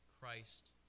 Christ